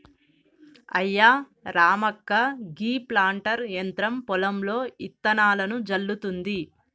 అయ్యా రామక్క గీ ప్లాంటర్ యంత్రం పొలంలో ఇత్తనాలను జల్లుతుంది